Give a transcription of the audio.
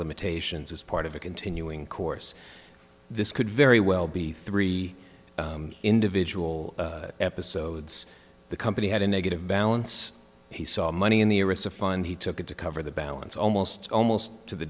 limitations is part of a continuing course this could very well be three individual episodes the company had a negative balance he saw money in the arista fine he took it to cover the balance almost almost to the